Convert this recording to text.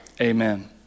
Amen